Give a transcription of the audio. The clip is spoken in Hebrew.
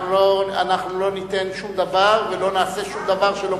אנחנו לא ניתן שום דבר ולא נעשה שום דבר שלא מותר לנו,